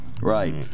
Right